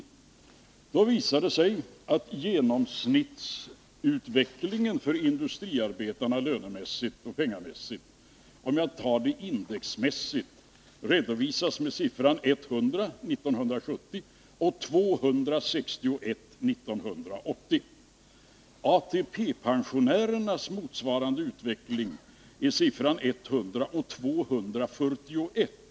En sådan jämförelse visar att den genomsnittliga löneutvecklingen för industriarbetarna, från ett index på 100 år 1970 har stigit till 261 år 1980. Motsvarande siffra år 1980 för ATP-pensionärerna blir 241.